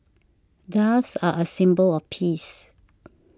doves are a symbol of peace